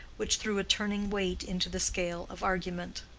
which threw a turning weight into the scale of argument.